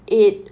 it